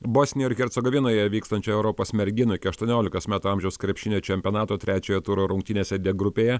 bosnijoj ir hercegovinoje vykstančio europos merginų iki aštuoniolikos metų amžiaus krepšinio čempionato trečiojo turo rungtynėse d grupėje